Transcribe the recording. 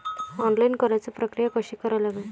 Online कराच प्रक्रिया कशी करा लागन?